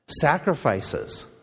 Sacrifices